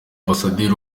ambasaderi